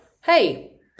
hey